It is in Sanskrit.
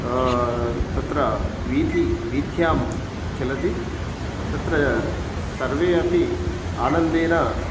तत्र वीथी वीथ्यां चलति तत्र सर्वे अपि आनन्देन